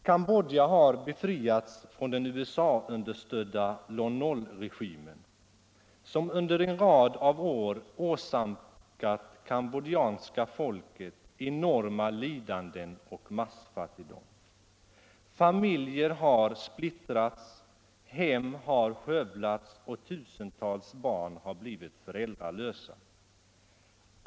Cambodja har befriats från den USA-understödda Lon Nol-regimen, som under en rad av år åsamkat kambodjanska folket enorma lidanden och massfattigdom. Familjer har splittrats, hem har skövlats och tusentals barn har blivit föräldralösa.